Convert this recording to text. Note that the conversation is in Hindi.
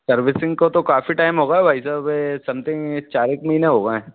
सर्विसिंग को तो काफ़ी टैम हो गया भाई साहब ये समथिंग ये चार एक महीना हो गए हैं